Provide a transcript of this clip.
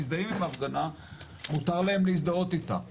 מזדהים עם ההפגנה מותר להם להזדהות איתה.